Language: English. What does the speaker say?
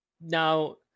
Now